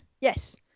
Yes